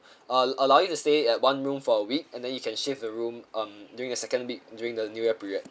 uh allow you to stay at one room for a week and then you can shift the room um during the second week during the new year period